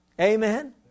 Amen